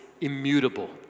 immutable